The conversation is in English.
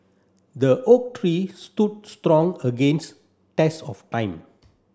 the oak tree stood strong against test of time